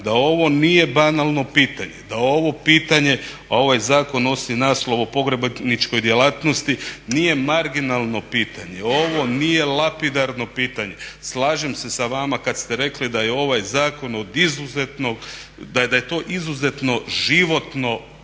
da ovo nije banalno pitanje, da ovo pitanje, a ovaj zakon nosi naslov o pogrebničkoj djelatnosti nije marginalno pitanje, ovo nije lapidarno pitanje. Slažem se sa vama kada ste rekli da je ovaj zakon od izuzetnog, da je to izuzetno životno